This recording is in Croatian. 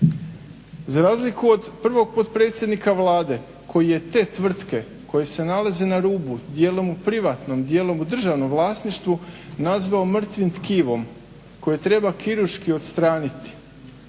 Za razliku od prvog potpredsjednika Vlade koji je te tvrtke koje se nalaze na rubu, dijelom u privatnom, dijelom u državnom vlasništvu nazvao mrtvim tkivom koje treba kirurški odstraniti